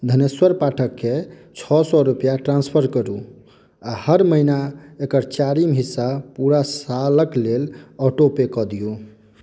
धनेश्वर पाठक केँ छओ सए रूपैआ ट्रांस्फर करू आ हर महिना एकर चारिम हिस्सा पूरा सालक लेल ऑटोपे कऽ दियौ